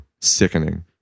Sickening